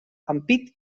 ampit